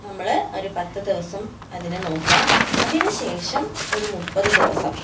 നമ്മൾ ഒരു പത്ത് ദിവസം അതിനെ നോക്കുക അതിനുശേഷം ഒരു മുപ്പത്ത് ദിവസം